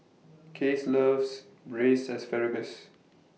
Case loves Braised Asparagus